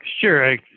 Sure